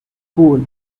cool